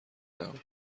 نبود